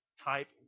type